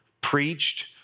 preached